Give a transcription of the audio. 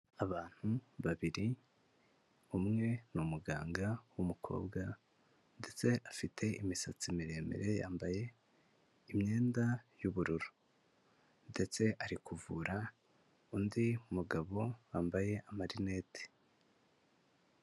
Abantu babiri, umwe ni umuganga w'umukobwa ndetse afite imisatsi miremire, yambaye imyenda y'ubururu ndetse ari kuvura undi mugabo wambaye amarinete.